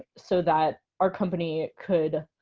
so that our company could